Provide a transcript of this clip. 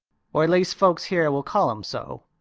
or at least, folks here will call him so.